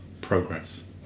progress